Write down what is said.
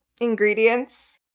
ingredients